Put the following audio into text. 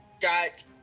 got